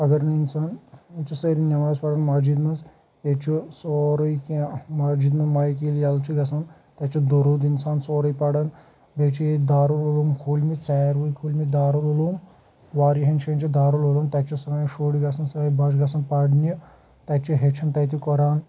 اگر نہٕ اِنسان ییٚتہِ چھِ سٲری نٮ۪ماز پَران مسجِد منٛز ییٚتہِ چھُ سورُے کینٛہہ مسجد منٛز مایِک ییٚلہِ یَلہٕ چھِ گژھان تَتہِ چھُ دروٗد اِنسان سورُے پَران بیٚیہِ چھِ ییٚتہِ دارُ العلوٗم کھوٗلۍ مٕتۍ سارِوٕے کھوٗلۍ مٕتۍ دارُ العلوٗم واریاہَن جایَن چھِ دارُ العلوٗم تَتہِ چھِ سٲنۍ شُرۍ گژھان سٲنۍ بچہِ گژھان پَرنہِ تَتہِ چھِ ہیٚچھان تَتہِ قۄران